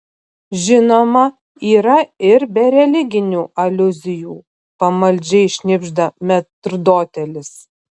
žinoma yra ir be religinių aliuzijų pamaldžiai šnibžda metrdotelis